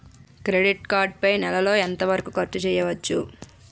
Credit card పై నెల లో ఎంత వరకూ ఖర్చు చేయవచ్చు?